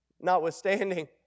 Notwithstanding